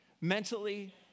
mentally